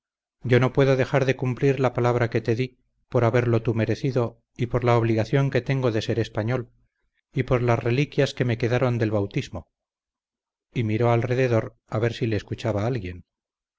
yo no puedo dejar de cumplir la palabra que te dí por haberlo tú merecido y por la obligación que tengo de ser español y por las reliquias que me quedaron del bautismo y miró alrededor a ver si le escuchaba alguien que tan en las